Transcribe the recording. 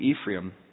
Ephraim